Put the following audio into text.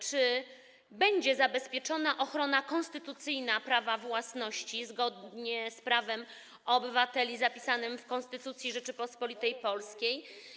Czy będzie zabezpieczona ochrona konstytucyjna prawa własności zgodnie z prawem obywateli zapisanym w Konstytucji Rzeczypospolitej Polskiej?